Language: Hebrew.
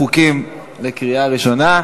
חוקים לקריאה ראשונה.